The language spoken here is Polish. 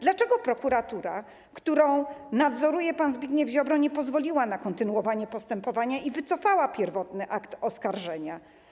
Dlaczego prokuratura, którą nadzoruje pan Zbigniew Ziobro, nie pozwoliła na kontynuowanie postępowania i wycofała pierwotny akt oskarżenia?